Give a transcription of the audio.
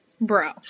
Bro